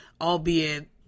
albeit